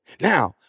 Now